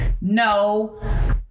no